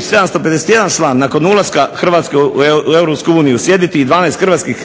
751 član nakon ulaska Hrvatske u Europsku uniju sjediti i 12 hrvatskih